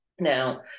Now